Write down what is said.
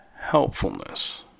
helpfulness